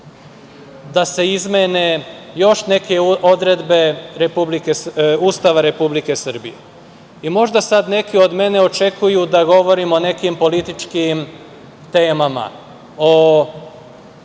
da se izmene još neke odredbe Ustava Republike Srbije. Možda sad neki od mene očekuju da govorimo o nekim političkim temama, o